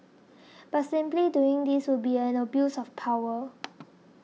but simply doing this would be an abuse of power